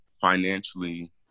Financially